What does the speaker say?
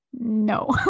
no